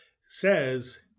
says